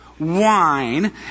Wine